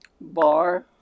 bar